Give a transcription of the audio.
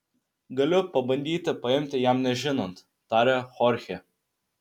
galiu pabandyti paimti jam nežinant tarė chorchė